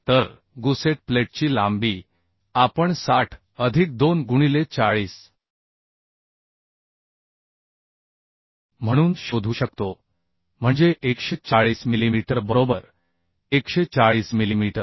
तर गुसेट प्लेटची लांबी आपण 60 अधिक 2 गुणिले 40 म्हणून शोधू शकतो म्हणजे 140 मिलीमीटर बरोबर 140 मिलीमीटर